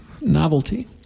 novelty